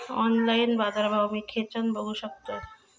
Online बाजारभाव मी खेच्यान बघू शकतय?